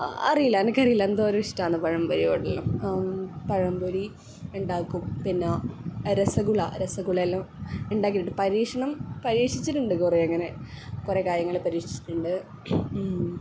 അറിയില്ല എനക്കറിയില്ല എന്തോ ഇഷ്ടമാണ് പഴം പൊരിയോടെല്ലാം പഴം പൊരി ഉണ്ടാക്കും പിന്ന രസഗുള രസഗുലയെല്ലാം ഉണ്ടാക്കിയിട്ടുണ്ട് പരീക്ഷണം പരീക്ഷിച്ചിട്ടുണ്ട് കുറെ അങ്ങനെ കുറെ കാര്യങ്ങള് പരീക്ഷിച്ചിട്ടുണ്ട്